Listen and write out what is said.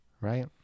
right